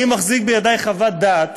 אני מחזיק בידי חוות דעת